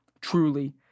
truly